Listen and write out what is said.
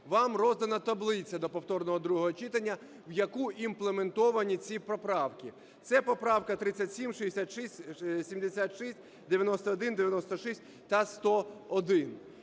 Вам роздана таблиця до повторного другого читання, в яку імплементовані ці поправки. Це поправка 37, 66, 76, 91, 96 та 101.